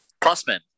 Crossman